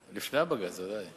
לפני הבג"ץ, בוודאי.